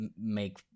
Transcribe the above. make